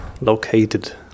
located